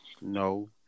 No